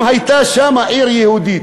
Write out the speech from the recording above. אם הייתה שם עיר יהודית,